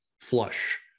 flush